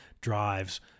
drives